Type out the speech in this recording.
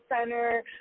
center